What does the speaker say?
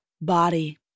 body